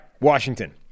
Washington